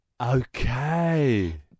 Okay